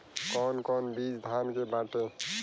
कौन कौन बिज धान के बाटे?